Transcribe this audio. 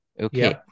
okay